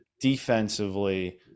defensively